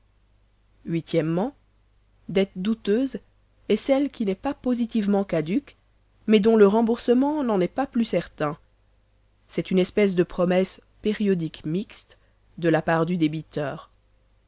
o dette douteuse est celle qui n'est pas positivement caduque mais dont le remboursement n'en est pas plus certain c'est une espèce de promesse périodique mixte de la part du débiteur